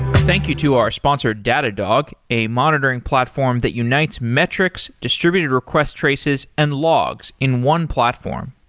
thank you to our sponsor, datadog, a monitoring platform that unites metrics, distributed request traces and logs in one platform.